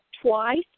twice